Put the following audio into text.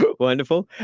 but wonderful.